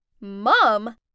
Mom